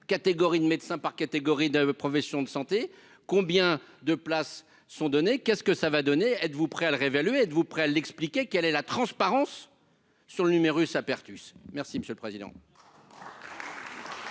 catégories de médecins par catégorie de professions de santé, combien de places sont donnés qu'est-ce que ça va donner, êtes-vous prêt à le réévaluer, êtes-vous prêt, elle expliquait qu'elle est la transparence sur le numerus apertus merci Monsieur le Président.